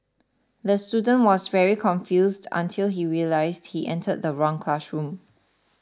the student was very confused until he realised he entered the wrong classroom